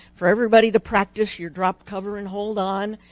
for everybody to practice your drop, cover, and hold on.